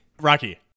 Rocky